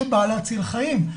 שבאה להציל חיים.